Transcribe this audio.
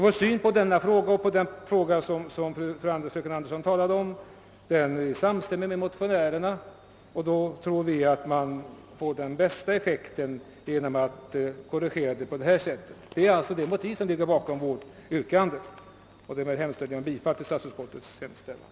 Vår syn på denna fråga — liksom på den fråga som fröken Anderson talade om — Överensstämmer emellertid med motionärernas. Vi tror att man i ett sådant fall får den bästa effekten genom att korrigera förhållandet på detta sätt. Detta är det motiv som ligger bakom vårt yrkande. Med dessa ord, herr talman, yrkar jag bifall till statsutskottets hemställan.